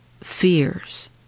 fears